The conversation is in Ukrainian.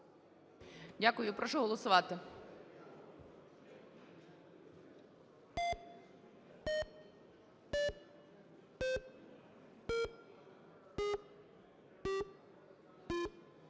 Дякую. Прошу голосувати.